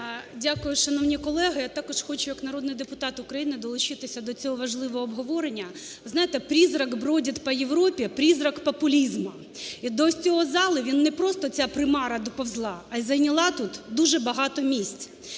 Дякую, шановні колеги. Я також хочу як народний депутат України долучитися до цього важливого обговорення. Ви знаєте "призрак бродит по Европе – призрак популизма". І до ось цього залу він не просто, ця примара доповзла, а й зайняла тут дуже багато місць.